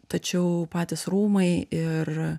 tačiau patys rūmai ir